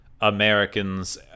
Americans